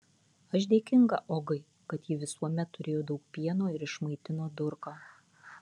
aš dėkinga ogai kad ji visuomet turėjo daug pieno ir išmaitino durką